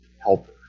helper